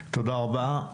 תודה רבה.